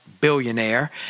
billionaire